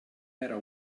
era